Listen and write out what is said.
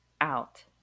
out